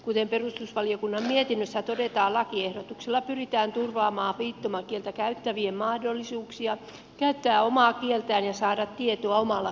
kuten perustuslakivaliokunnan mietinnössä todetaan lakiehdotuksella pyritään turvaamaan viittomakieltä käyttävien mahdollisuuksia käyttää omaa kieltään ja saada tietoa omalla kielellään